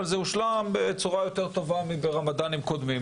אבל זה הושלם בצורה יותר טובה מאשר בחגי רמדאן קודמים,